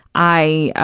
i,